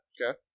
okay